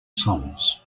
songs